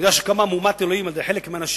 אני יודע שקמה מהומת אלוהים על-ידי חלק מהאנשים